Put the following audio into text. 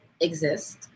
exist